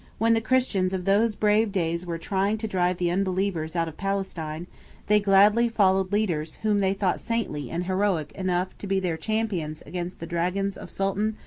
when the christians of those brave days were trying to drive the unbelievers out of palestine they gladly followed leaders whom they thought saintly and heroic enough to be their champions against the dragons of sultan,